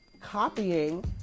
copying